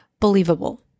believable